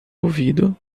ouvido